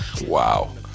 Wow